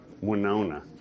winona